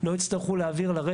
אם היא אומרת "אנחנו עושים"?